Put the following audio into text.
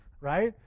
right